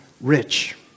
rich